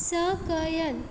सकयल